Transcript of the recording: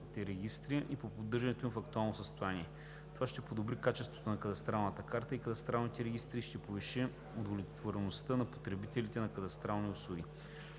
и по поддържането им в актуално състояние. Това ще подобри качеството на кадастралната карта и кадастралните регистри и ще повиши удовлетвореността на потребителите на кадастрални услуги.